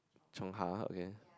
Chung-Ha okay